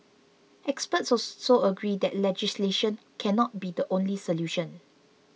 experts also agree that legislation cannot be the only solution